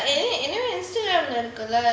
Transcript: ya and then and then instead of இருக்கும்ல:irukumla